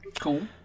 Cool